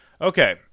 Okay